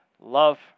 Love